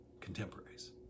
contemporaries